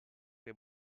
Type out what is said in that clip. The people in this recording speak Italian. che